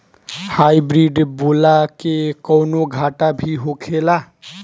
Hybrid बोला के कौनो घाटा भी होखेला?